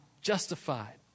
justified